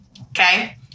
Okay